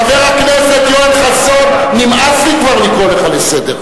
חבר הכנסת פלסנר, אני מבקש לא להפריע לראש הממשלה.